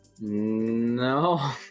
No